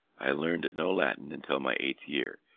i learnt no latin until my eighth year.